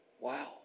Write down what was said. Wow